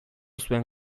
zuen